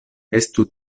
estu